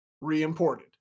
re-imported